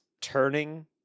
turning